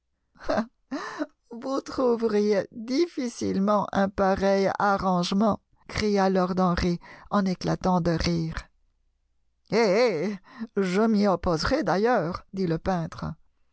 vous trouveriez difficilement un pareil arrangement cria lord henry en éclatant de rire eh eh je m'y opposerais d'ailleurs dit le peintre